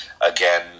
Again